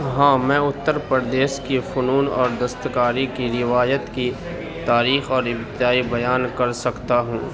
ہاں میں اتر پردیش کی فنون اور دست کاری کی روایت کی تاریخ اور ابتدائی بیان کر سکتا ہوں